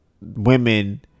women